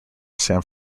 san